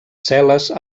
cel·les